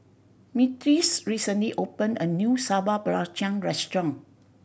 Myrtis recently opened a new Sambal Belacan restaurant